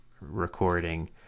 recording